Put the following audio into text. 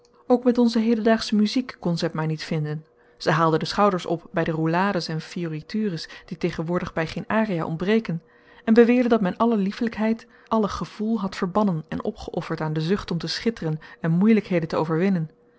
ook met onze hedendaagsche muziek kon zij het maar niet vinden zij haalde de schouders op bij de roulades en fioritures die tegenwoordig bij geen aria ontbreken en beweerde dat men alle lieflijkheid alle gevoel had verbannen en opgeöfferd aan de zucht om te schitteren en moeilijkheden te overwinnen